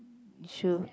issue